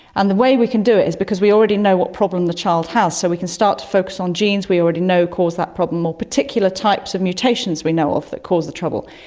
and the way we can do it is because we already know what problem the child has so we can start to focus on genes we already know cause that problem or particular types of mutations we know of that cause the trouble.